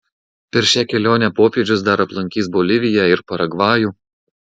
per šią kelionę popiežius dar aplankys boliviją ir paragvajų